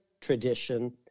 Tradition